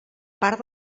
part